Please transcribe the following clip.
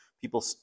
people